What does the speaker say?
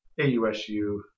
AUSU